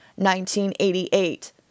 1988